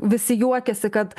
visi juokiasi kad